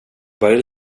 börjar